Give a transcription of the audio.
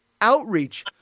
Outreach